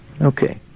Okay